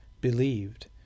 believed